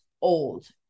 old